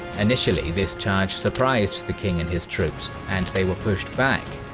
initially, this charge surprised the king and his troops, and they were pushed back.